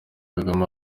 kagame